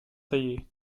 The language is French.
taillées